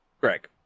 Greg